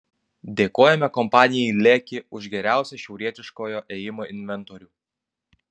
dėkojame kompanijai leki už geriausią šiaurietiškojo ėjimo inventorių